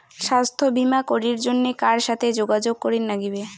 স্বাস্থ্য বিমা করির জন্যে কার সাথে যোগাযোগ করির নাগিবে?